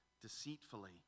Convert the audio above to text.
deceitfully